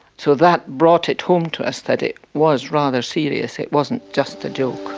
so that brought it home to us that it was rather serious, it wasn't just a joke.